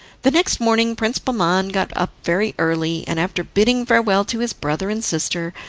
the next morning prince bahman got up very early, and after bidding farewell to his brother and sister,